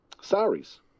salaries